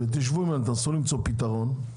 ותנסו למצוא פתרון.